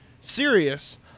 Serious